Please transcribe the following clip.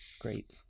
great